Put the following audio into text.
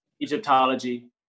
Egyptology